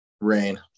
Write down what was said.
Rain